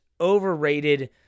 overrated